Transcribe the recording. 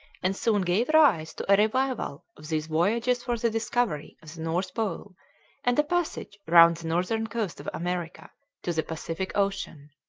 and soon gave rise to a revival of these voyages for the discovery of the north pole and a passage round the northern coast of america to the pacific ocean.